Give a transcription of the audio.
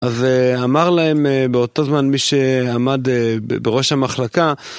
אז אמר להם באותה זמן מי שעמד בראש המחלקה